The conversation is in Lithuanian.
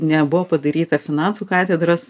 nebuvo padaryta finansų katedros